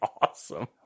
awesome